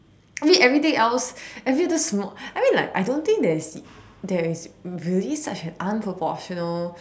I mean everything else every other small I mean like I don't think there is there is really such an unproportional